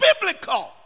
biblical